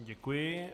Děkuji.